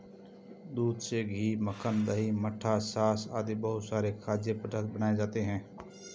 दूध से घी, मक्खन, दही, मट्ठा, छाछ आदि बहुत सारे खाद्य पदार्थ बनाए जाते हैं